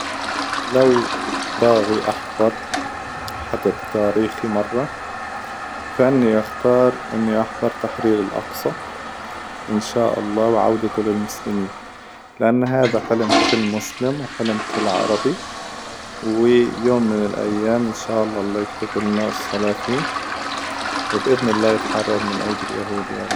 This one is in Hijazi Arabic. لو باغي أحظر حدث تاريخي مرة، فإني اختار إني أحظر تحرير الأقصى إن شاء الله وعودته للمسلمين، لأن هذا حلم كل مسلم وحلم كل عربي، ويوم من الأيام إن شاء الله يكتب لنا الصلاة فيه, وبإذن الله يتحرر من أيدي اليهود يا رب.